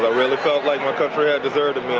but really felt like my country had deserted me